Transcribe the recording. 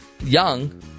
young